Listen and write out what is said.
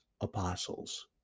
Apostles